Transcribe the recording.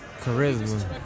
charisma